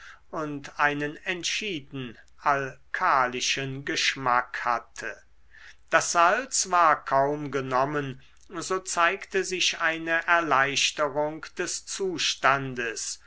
und einen entschieden alkalischen geschmack hatte das salz war kaum genommen so zeigte sich eine erleichterung des zustandes